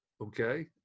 okay